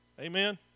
Amen